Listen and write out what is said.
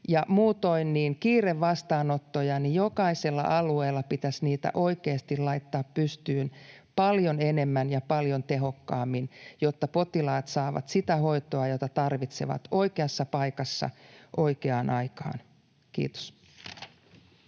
Muutoin kiirevastaanottoja pitäisi jokaisella alueella oikeasti laittaa pystyyn paljon enemmän ja paljon tehokkaammin, jotta potilaat saavat sitä hoitoa, jota tarvitsevat, oikeassa paikassa oikeaan aikaan. — Kiitos.